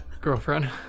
Girlfriend